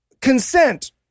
consent